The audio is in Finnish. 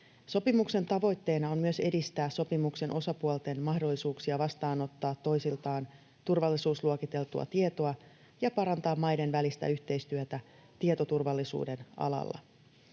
Sopimuksen tavoitteena on myös edistää sopimuksen osapuolten mahdollisuuksia vastaanottaa toisiltaan turvallisuusluokiteltua tietoa ja parantaa maiden välistä yhteistyötä tietoturvallisuuden alalla.